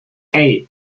eight